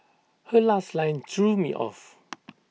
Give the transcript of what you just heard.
her last line threw me off